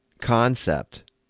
concept